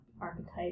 archetype